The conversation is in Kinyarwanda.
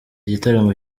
gitaramo